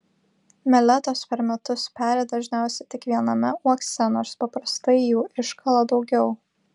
meletos per metus peri dažniausiai tik viename uokse nors paprastai jų iškala daugiau